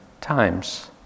times